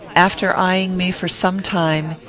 after eyeing me for some time,